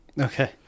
Okay